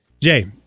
Jay